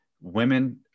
women